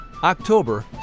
October